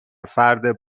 فرد